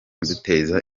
duteze